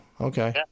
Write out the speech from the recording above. Okay